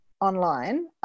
online